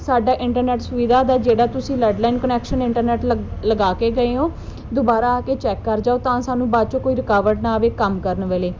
ਸਾਡਾ ਇੰਟਰਨੈਟ ਸੁਵਿਧਾ ਦਾ ਜਿਹੜਾ ਤੁਸੀਂ ਲੈਡਲਾਈਨ ਕੁਨੈਕਸ਼ਨ ਇੰਟਰਨੈਟ ਲਗ ਲਗਾ ਕੇ ਗਏ ਹੋ ਦੁਬਾਰਾ ਆ ਕੇ ਚੈੱਕ ਕਰ ਜਾਓ ਤਾਂ ਸਾਨੂੰ ਬਾਅਦ 'ਚੋਂ ਕੋਈ ਰੁਕਾਵਟ ਨਾ ਆਵੇ ਕੰਮ ਕਰਨ ਵੇਲੇ